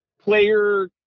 player